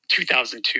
2002